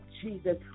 Jesus